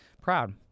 Proud